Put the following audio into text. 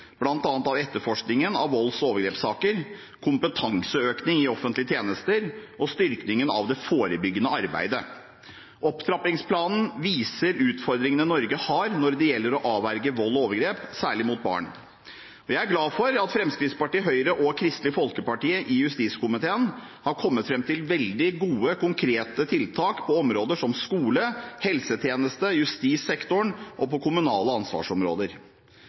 prioriteringer, bl.a. etterforskning av volds- og overgrepssaker, kompetanseøkning i offentlige tjenester og styrking av det forebyggende arbeidet. Opptrappingsplanen viser utfordringene Norge har når det gjelder å avverge vold og overgrep, særlig mot barn. Jeg er glad for at Fremskrittspartiet, Høyre og Kristelig Folkeparti i justiskomiteen har kommet fram til veldig gode, konkrete tiltak på områder som skole, helsetjeneste, justissektoren og kommunale ansvarsområder.